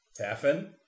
Taffin